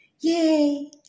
Yay